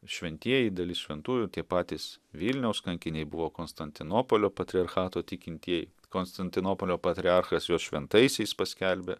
šventieji dalis šventųjų tie patys vilniaus kankiniai buvo konstantinopolio patriarchato tikintieji konstantinopolio patriarchas juos šventaisiais paskelbė